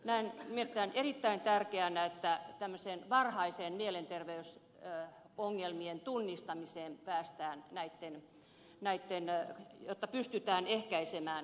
näen nimittäin erittäin tärkeänä että tämmöiseen varhaiseen mielenterveysongelmien tunnistamiseen päästään jotta pystytään ehkäisemään tämänlaiset tapahtumat